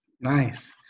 Nice